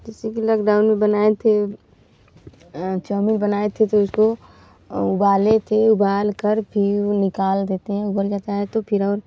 किसी की लॉकडाउन में बनाए थे चौमिन बनाए थे तो उबाले थे उबालकर फिर निकाल देते हैं उबल जाता है तो फिर और